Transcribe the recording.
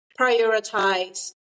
prioritize